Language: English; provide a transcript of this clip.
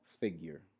figure